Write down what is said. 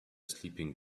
sleeping